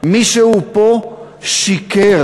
מישהו פה שיקר,